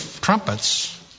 trumpets